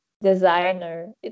designer